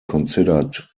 considered